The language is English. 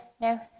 No